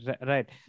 Right